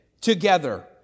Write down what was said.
together